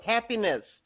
Happiness